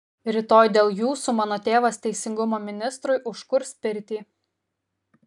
rytoj dėl jūsų mano tėvas teisingumo ministrui užkurs pirtį